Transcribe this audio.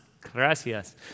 Gracias